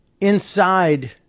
inside